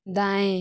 दाएं